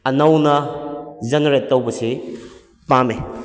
ꯅꯧꯅ ꯖꯦꯅꯦꯔꯦꯠ ꯇꯧꯕꯁꯤ ꯄꯥꯝꯃꯤ